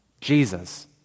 Jesus